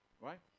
Right